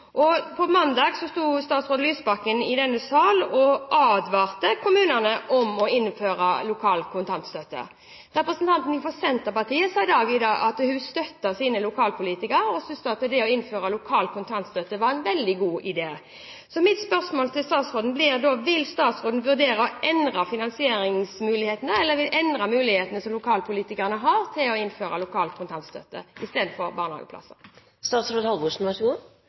Mandag sto statsråd Lysbakken i denne salen og advarte kommunene mot å innføre lokal kontantstøtte. Representanten fra Senterpartiet sa at hun støttet sine lokalpolitikere, og syntes at det var en veldig god idé å innføre lokal kontantstøtte. Mitt spørsmål til statsråden blir da: Vil statsråden vurdere å endre finansieringsmulighetene, eller endre mulighetene lokalpolitikerne har til å innføre lokal kontantstøtte